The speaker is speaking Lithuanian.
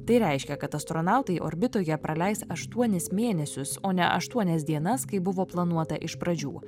tai reiškia kad astronautai orbitoje praleis aštuonis mėnesius o ne aštuonias dienas kaip buvo planuota iš pradžių